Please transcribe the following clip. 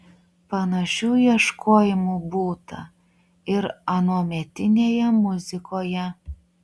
panašių ieškojimų būta ir anuometinėje muzikoje